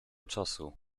czasu